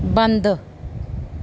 ਬੰਦ